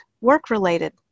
work-related